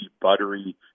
buttery